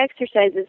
exercises